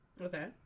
Okay